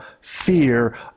fear